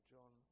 John